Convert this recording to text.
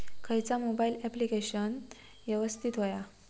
खयचा mobile application यवस्तित होया?